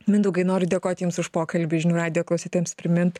mindaugai noriu dėkot jums už pokalbį žinių radijo klausytojams primint